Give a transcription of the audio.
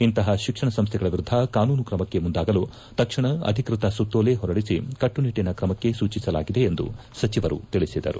ಇಂತಹ ತಿಕ್ಷಣ ಸಂಸ್ಥೆಗಳ ವಿರುದ್ದ ಕಾನೂನು ಕ್ರಮಕ್ಕೆ ಮುಂದಾಗಲು ತಕ್ಷಣ ಅಧಿಕೃತ ಸುತ್ತೋಲೆ ಹೊರಡಿಸಿ ಕಟ್ಟುನಿಟ್ಟಿನ ಕ್ರಮಕ್ಕೆ ಸೂಚಿಸಲಾಗಿದೆ ಎಂದು ಸಚಿವರು ತಿಳಿಸಿದರು